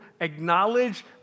acknowledge